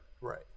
Right